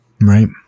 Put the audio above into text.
Right